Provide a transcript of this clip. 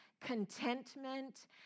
contentment